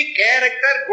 character